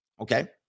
Okay